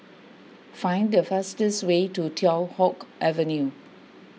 find the fastest way to Teow Hock Avenue